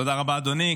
תודה רבה, אדוני.